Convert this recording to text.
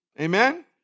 Amen